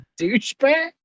douchebag